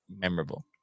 memorable